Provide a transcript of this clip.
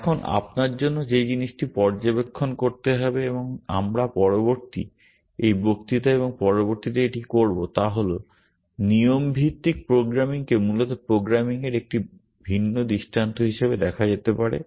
এখন আপনার জন্য যে জিনিসটি পর্যবেক্ষণ করতে হবে এবং আমরা পরবর্তী এই বক্তৃতা এবং পরবর্তীতে এটি করব তা হল নিয়ম ভিত্তিক প্রোগ্রামিংকে মূলত প্রোগ্রামিংয়ের একটি ভিন্ন দৃষ্টান্ত হিসাবে দেখা যেতে পারে